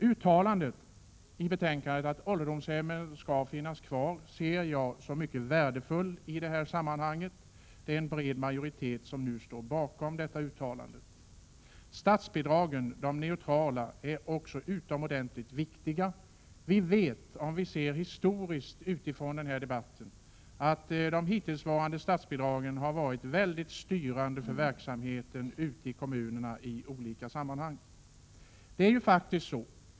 Uttalandet i betänkandet om att ålderdomshemmen skall finnas kvar ser jag som mycket värdefullt i detta sammanhang. Det är en bred majoritet som nu står bakom detta uttalande. De neutrala statsbidragen är också utomordentligt viktiga. Om man ser på denna debatt i ett historiskt perspektiv, finner man att de hittillsvarande statsbidragen i hög grad har varit styrande för verksamheten i kommunerna i olika sammanhang.